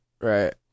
right